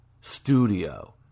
Studio